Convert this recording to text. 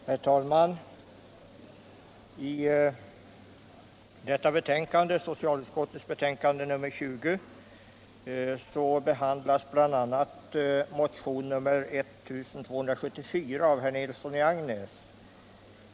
Herr talman! I socialutskottets betänkande nr 20 behandlas bl.a. motion 1274 av herr Nilsson i Agnäs.